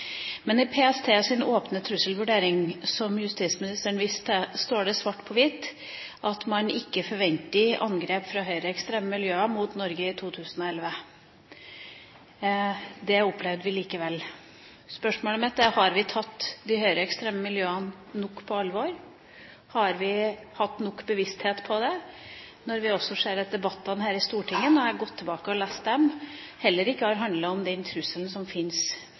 Men i PSTs åpne trusselvurdering, som justisministeren viste til, står det svart på hvitt at man ikke forventer angrep fra høyreekstreme miljøer mot Norge i 2011. Det opplevde vi likevel. Spørsmålet mitt er: Har vi tatt de høyreekstreme miljøene nok på alvor, har vi hatt nok bevissthet rundt dem? Jeg har gått tilbake og lest debattene i Stortinget, og de har heller ikke handlet om den trusselen som